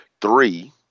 Three